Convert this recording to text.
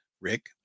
rick